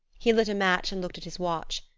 he lit a match and looked at his watch.